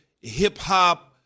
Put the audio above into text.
hip-hop